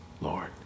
Lord